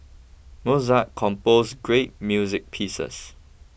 Mozart composed great music pieces